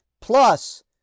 plus